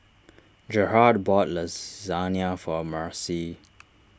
Gerhardt bought Lasagne for Marcie